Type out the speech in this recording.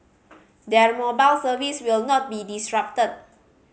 their mobile service will not be disrupted